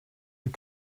you